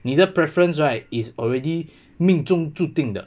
你的 preference right is already 命中注定的